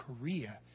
Korea